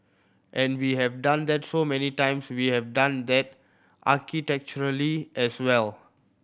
and we have done that so many times we have done that architecturally as well